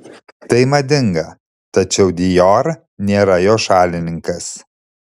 tai madinga tačiau dior nėra jo šalininkas